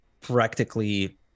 practically